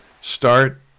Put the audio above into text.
start